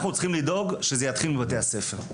אנחנו צריכים לדאוג שזה יתחיל מבתי הספר.